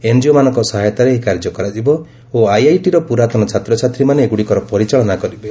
ଏନ୍ଜିଓମାନଙ୍କ ସହାୟତାରେ ଏହି କାର୍ଯ୍ୟ କରାଯିବ ଓ ଆଇଆଇଟିର ପୁରାତନ ଛାତ୍ରଛାତ୍ରୀମାନେ ଏଗୁଡ଼ିକର ପରିଚାଳନା କରିବେ